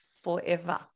Forever